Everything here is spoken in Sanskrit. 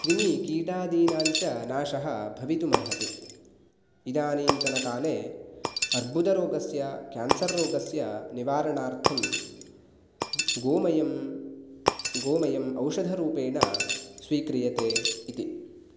कृमिकीटादीनां च नाशः भवितुमर्हति इदानीन्तनकाले अर्बुदरोगस्य केन्सर् रोगस्य निवारणार्थं गोमयं गोमयम् औषधरूपेण स्वीक्रियते इति